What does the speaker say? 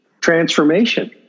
transformation